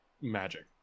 magic